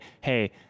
hey